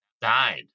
died